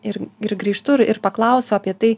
ir ir grįžtu ir paklausiu apie tai